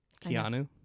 Keanu